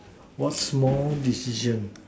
what small decision